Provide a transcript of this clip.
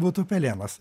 būtų pelėnas